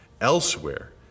elsewhere